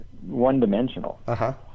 one-dimensional